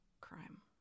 crime